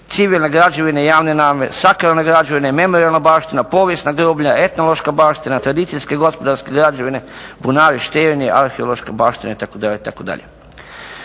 civilne građevine javne namjene, sakralne građevine, memorijalna baština, povijesna groblja, etnološka baština, tradicijske gospodarske građevine, …/Govornik se ne razumije./… arheološke baštine itd.,